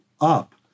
up